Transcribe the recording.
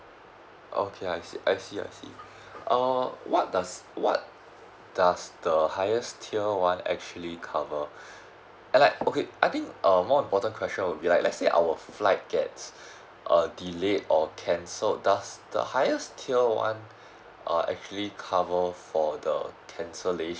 okay I see I see I see uh what does what does the highest tier one actually cover like okay I think more important question will be like let's say our flight tickets err delayed or cancelled does the highest tier one uh actually cover for the cancellation